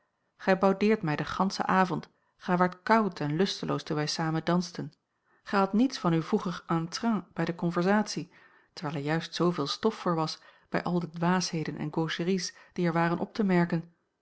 boudeert mij den ganschen avond gij waart koud en lusteloos toen wij samen dansten gij hadt niets van uw vroeger entrain bij de conversatie terwijl er juist zooveel stof voor was bij al de dwaasheden en gaucheries die er waren op te merken